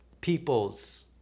people's